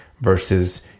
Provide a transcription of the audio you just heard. versus